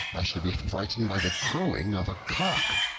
i should be frightened by the crowing of a cock.